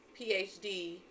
PhD